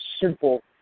simple